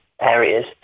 areas